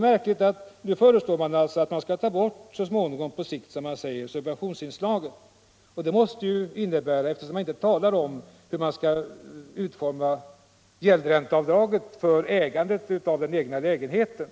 Moderaterna föreslår alltså att man ”på sikt” skall ta bort subventionsinslaget, men moderaterna talar inte om hur man skall utforma gäldränteavdraget för ägandet av den egna lägenheten.